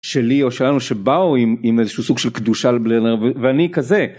שלי או שלנו שבאו עם איזשהו סוג של קדושה ואני כזה.